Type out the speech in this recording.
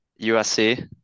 USC